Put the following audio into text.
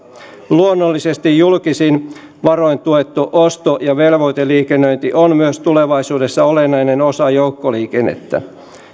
luonnollisesti julkisin varoin tuettu osto ja velvoiteliikennöinti on myös tulevaisuudessa olennainen osa joukkoliikennettä